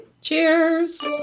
Cheers